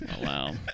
wow